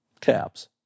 Cabs